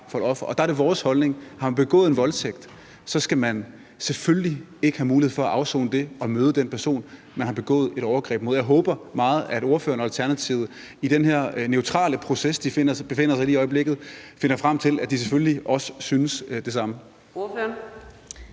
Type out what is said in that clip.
der er det vores holdning, at har man begået en voldtægt, skal man selvfølgelig ikke have mulighed for at afsone det på en måde, hvor man har mulighed for at møde den person, man har begået et overgreb mod. Jeg håber meget, at ordføreren og Alternativet i den her neutrale proces, de befinder sig i lige i øjeblikket, finder frem til, at de selvfølgelig også synes det samme. Kl.